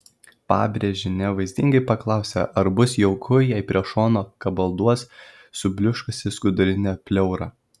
pabrėžienė vaizdingai paklausė ar bus jauku jei prie šono kabalduos subliuškusi skudurinė pleura